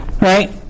right